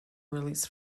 released